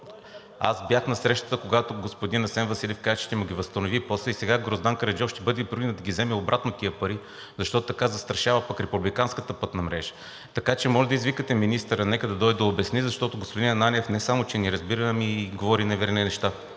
аз бях на срещата, господин Асен Василев каза, че ще му ги възстанови после и сега Гроздан Караджов ще бъде принуден да ги вземе обратно тези пари, защото така застрашава пък републиканската пътна мрежа. Така че може да извикате министъра, нека да дойде и да обясни, защото господин Ананиев не само че не разбира, ами говори неверни неща.